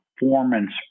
performance